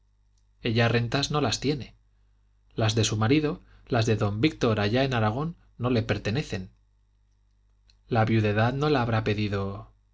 ella rentas no las tiene las de su marido las de don víctor allá en aragón no le pertenecen la viudedad no la habrá pedido